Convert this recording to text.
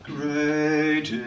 Great